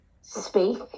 speak